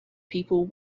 people